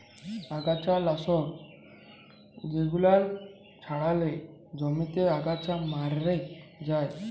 আগাছা লাশক জেগুলান ছড়ালে জমিতে আগাছা ম্যরে যায়